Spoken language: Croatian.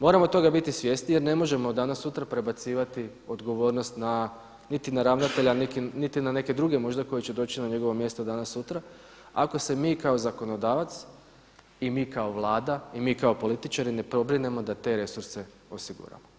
Moramo toga biti svjesni jer ne možemo danas sutra prebacivati odgovornost na, niti na ravnatelja niti na neke druge možda koji će doći na njegovo mjesto danas sutra ako se mi kao zakonodavac i mi kao Vlada i mi kao političari ne pobrinemo da te resurse osiguramo.